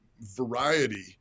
variety